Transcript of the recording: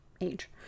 age